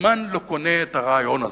מזמן אני לא קונה את הרעיון הזה.